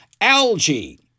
algae